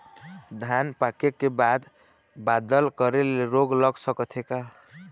धान पाके के बाद बादल करे ले रोग लग सकथे का?